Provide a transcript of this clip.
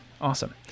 Awesome